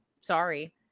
Sorry